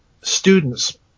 students